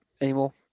anymore